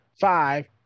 five